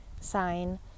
sign